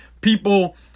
People